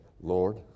Lord